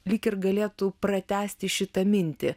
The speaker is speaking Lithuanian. lyg ir galėtų pratęsti šitą mintį